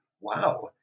Wow